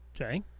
Okay